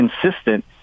consistent